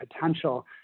potential